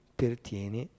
pertiene